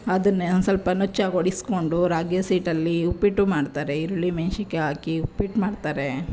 ಅದನ್ನು ಸ್ವಲ್ಪ ನುಚ್ಚಾಗಿ ಹೊಡೆಸ್ಕೊಂಡು ರಾಗಿ ಹಸಿಟ್ಟಲ್ಲಿ ಉಪ್ಪಿಟ್ಟು ಮಾಡ್ತಾರೆ ಈರುಳ್ಳಿ ಮೆಣಸಿನ್ಕಾಯಿ ಹಾಕಿ ಉಪ್ಪಿಟ್ಟು ಮಾಡ್ತಾರೆ